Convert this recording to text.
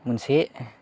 मोनसे